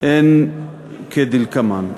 הם כדלקמן: